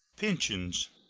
pensions.